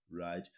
right